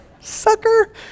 Sucker